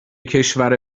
کشور